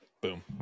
Boom